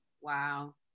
Wow